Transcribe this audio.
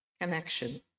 connection